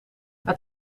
het